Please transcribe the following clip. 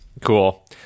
Cool